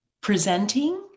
presenting